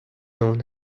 اون